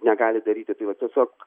negali daryti tai va tiesiog